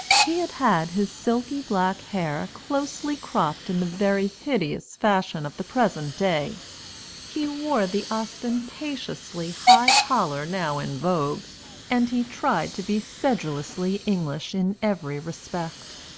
he had had his silky black hair closely cropped in the very hideous fashion of the present day he wore the ostentatiously high collar now in vogue and he tried to be sedulously english in every respect.